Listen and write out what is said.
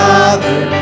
Father